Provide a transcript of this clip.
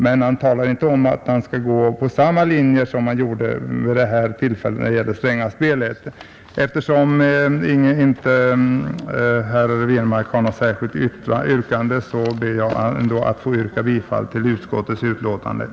Han talar emellertid inte om att han skall gå på samma linje som han gjorde när det gällde Strängaspelet. Herr Wirmark ställde ju inte något särskilt yrkande, men jag ber för min del att med dessa ord få yrka bifall till utskottets hemställan,